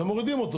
ומורידים אותו.